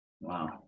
Wow